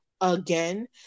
again